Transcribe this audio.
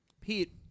Pete